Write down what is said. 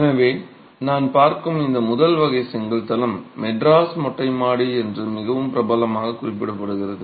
எனவே நான் பார்க்கும் இந்த முதல் வகை செங்கல் தளம் மெட்ராஸ் மொட்டை மாடி என்று மிகவும் பிரபலமாக குறிப்பிடப்படுகிறது